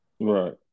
Right